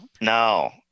No